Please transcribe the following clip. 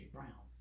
Brown